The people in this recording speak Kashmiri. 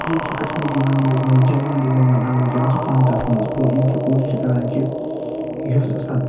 یِم چھِ کشمیٖری لینگویج منٛز جرنلِزم وٕنکٮ۪نس پرنٹس منٛز گوو یِم چھِ کوٗشش کران کہِ یۄس ہسا